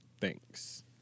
Thanks